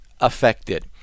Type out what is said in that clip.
affected